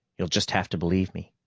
you'll just have to believe me.